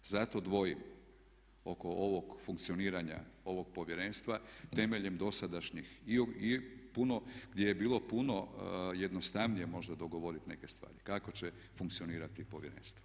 Zato dvojim oko ovog funkcioniranja ovog povjerenstva temeljem dosadašnjih i puno, gdje je bilo puno jednostavnije možda dogovoriti neke stvari kako će funkcionirati povjerenstvo.